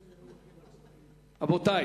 רבותי,